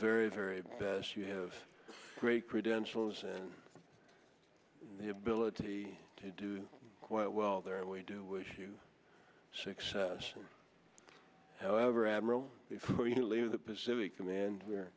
very very best you have great credentials and the ability to do quite well there and we do wish you success however admiral before you leave the pacific command we're